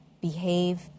behave